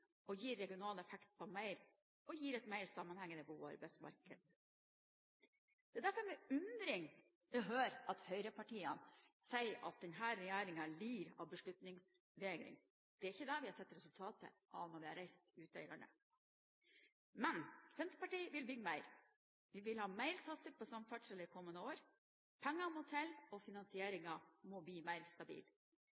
og gir regional effekt for et mer sammenhengende bo-, arbeids- og servicemarked. Det er derfor med undring jeg hører at høyrepartiene sier at regjeringen lider av beslutningsvegring. Det er ikke det vi har sett resultater av når vi har reist ute i landet. Men Senterpartiet vil bygge mer. Vi vil ha mer satsing på samferdsel i kommende år. Penger må til, og